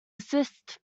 assist